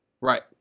Right